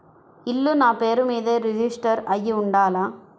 ఇల్లు నాపేరు మీదే రిజిస్టర్ అయ్యి ఉండాల?